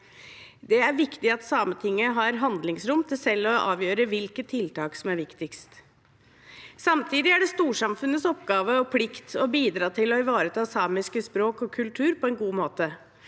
Det er viktig at Sametinget har handlingsrom til selv å avgjøre hvilke tiltak som er viktigst. Samtidig er det storsamfunnets oppgave og plikt å bidra til å ivareta samisk språk og kultur på en god måte.